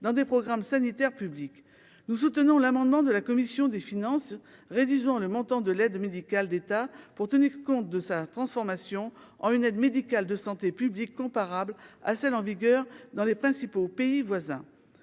dans des programmes sanitaires publics nous soutenons l'amendement de la commission des finances Résizon le montant de l'aide médicale d'État, pour tenir compte de sa transformation en une aide médicale de santé publique, comparables à celles en vigueur dans les principaux pays voisins